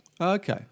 Okay